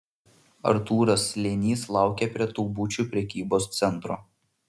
artūras slėnys laukė prie taubučių prekybos centro